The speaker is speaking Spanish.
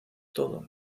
todo